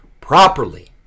properly